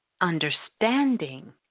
understanding